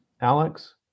Alex